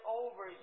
over